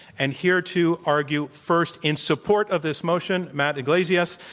and here to argue first in support of this motion matt yglesias.